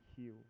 heal